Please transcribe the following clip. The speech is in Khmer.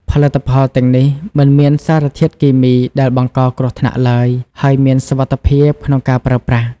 ផលិតផលទាំងនេះមិនមានសារធាតុគីមីដែលបង្កគ្រោះថ្នាក់ឡើយ ហើយមានសុវត្ថិភាពក្នុងការប្រើប្រាស់។